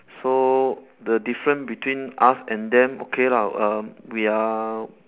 so the different between us and them okay lah err we are